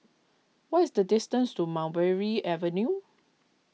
what is the distance to Mulberry Avenue